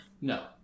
No